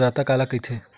प्रदाता काला कइथे?